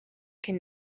can